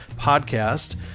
podcast